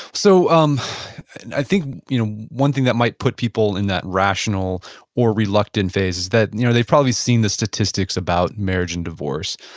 so um so i think one thing that might put people in that rational or reluctant phase is that and you know they've probably seen the statistics about marriage and divorce.